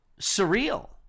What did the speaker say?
surreal